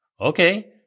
Okay